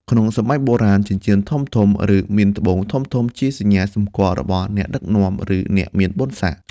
ក្នុងសម័យបុរាណ ចិញ្ចៀនធំៗ ឬមានត្បូងធំៗ ជាសញ្ញាសម្គាល់របស់អ្នកដឹកនាំ ឬអ្នកមានបុណ្យស័ក្តិ។